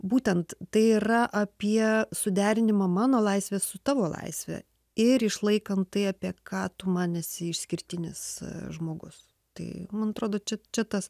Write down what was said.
būtent tai yra apie suderinimą mano laisvės su tavo laisve ir išlaikant tai apie ką tu man esi išskirtinis žmogus tai man atrodo čia čia tas